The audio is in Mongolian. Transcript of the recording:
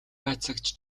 байцаагч